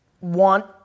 want